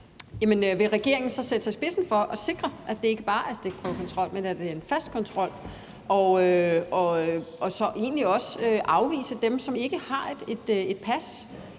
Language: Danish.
vil regeringen så sætte sig i spidsen for at sikre, at det ikke bare er en stikprøvekontrol, men at det er en fast kontrol, og så egentlig også afvise dem, som ikke har et pas,